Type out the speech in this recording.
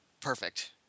perfect